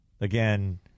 again